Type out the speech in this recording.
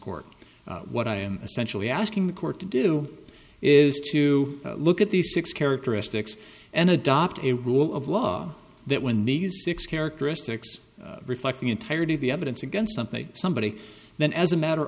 court what i am essentially asking the court to do is to look at these six characteristics and adopt a rule of law that when needed six characteristics reflect the entirety of the evidence against something somebody then as a matter